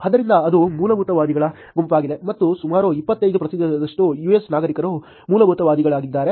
ಆದ್ದರಿಂದ ಅದು ಮೂಲಭೂತವಾದಿಗಳ ಗುಂಪಾಗಿದೆ ಮತ್ತು ಸುಮಾರು 25 ಪ್ರತಿಶತದಷ್ಟು US ನಾಗರಿಕರು ಮೂಲಭೂತವಾದಿಗಳಾಗಿದ್ದಾರೆ